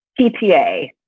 PTA